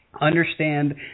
understand